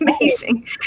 amazing